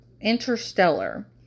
Interstellar